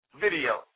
video